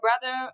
brother